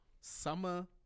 summer